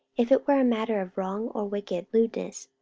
if it were a matter of wrong or wicked lewdness,